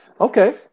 Okay